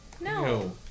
no